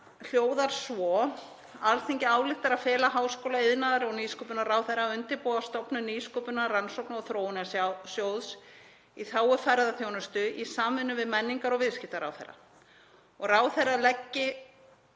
hljóðar svo: „Alþingi ályktar að fela háskóla-, iðnaðar- og nýsköpunarráðherra að undirbúa stofnun nýsköpunar-, rannsókna- og þróunarsjóðs í þágu ferðaþjónustu í samvinnu við menningar- og viðskiptaráðherra. Ráðherra leggi